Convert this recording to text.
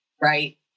right